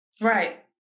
Right